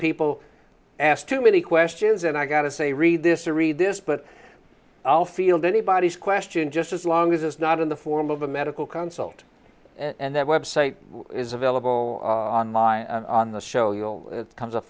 people ask too many questions and i gotta say read this or read this but i'll field anybody's question just as long as it's not in the form of a medical consult and that website is available online on the show you'll come